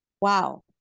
wow